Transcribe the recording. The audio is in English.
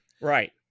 Right